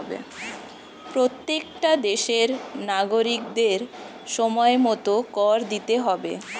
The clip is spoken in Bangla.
প্রত্যেকটা দেশের নাগরিকদের সময়মতো কর দিতে হয়